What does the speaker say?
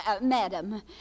madam